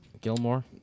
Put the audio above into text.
Gilmore